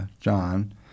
John